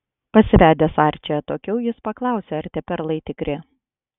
pasivedėjęs arčį atokiau jis paklausė ar tie perlai tikri